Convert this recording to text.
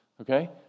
Okay